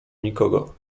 nikogo